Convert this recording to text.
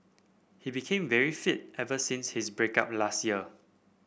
he became very fit ever since his break up last year